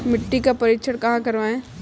मिट्टी का परीक्षण कहाँ करवाएँ?